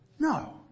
No